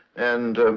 and